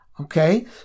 Okay